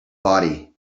body